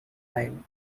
line